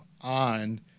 on